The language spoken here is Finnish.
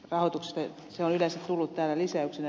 se on yleensä tullut täällä lisäyksenä